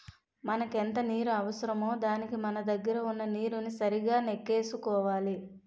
మనకెంత నీరు అవసరమో దానికి మన దగ్గర వున్న నీరుని సరిగా నెక్కేసుకోవాలి